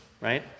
right